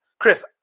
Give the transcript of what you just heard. Chris